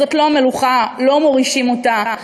זאת לא מלוכה, לא מורישים אותה.